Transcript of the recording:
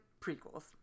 prequels